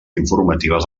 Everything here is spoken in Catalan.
informatives